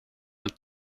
het